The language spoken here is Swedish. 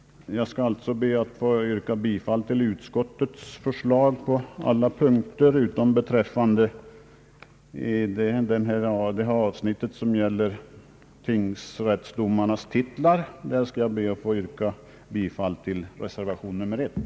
Jag yrkar bifall till utskottets förslag i samtliga punkter utom beträffande det avsnitt som gäller tingsrättsdomarnas titlar, där jag yrkar bifall till reservation 1.